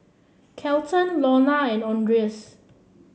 Kelton Lorna and Andres